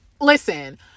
listen